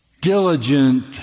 diligent